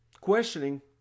questioning